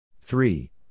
three